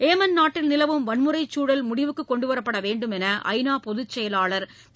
Yemen நாட்டில் நிலவும் வன்முறைச்சூழல் முடிவுக்கு கொண்டுவரப்பட வேண்டும் என்று ஐநா பொதுச் செயலாளர் திரு